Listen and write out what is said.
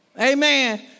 Amen